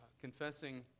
Confessing